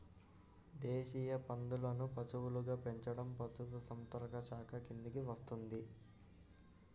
దేశీయ పందులను పశువులుగా పెంచడం పశుసంవర్ధక శాఖ కిందికి వస్తుంది